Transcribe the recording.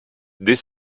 dès